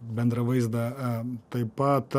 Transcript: bendrą vaizdą a taip pat